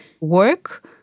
work